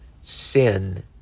sin